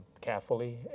carefully